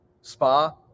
spa